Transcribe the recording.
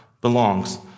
belongs